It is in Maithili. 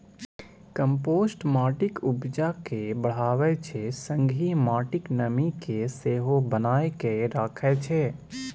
कंपोस्ट माटिक उपजा केँ बढ़ाबै छै संगहि माटिक नमी केँ सेहो बनाए कए राखै छै